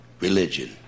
religion